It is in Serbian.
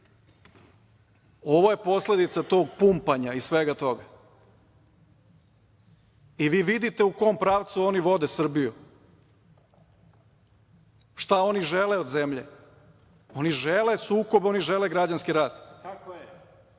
ovo je posledica tog pumpanja i svega toga. Vi vidite u kom pravcu oni vode Srbiju, šta oni žele od zemlje. Oni žele sukob, oni žele građanski rat. Pa,